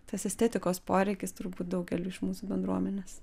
tas estetikos poreikis turbūt daugeliui iš mūsų bendruomenės